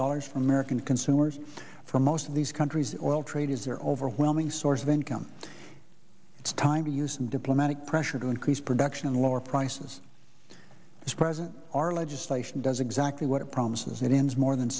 dollars from american consumers for most of these countries oil trade is their overwhelming source of income it's time to use some diplomatic pressure to increase production and lower prices as president our legislation does exactly what it promises it ends more than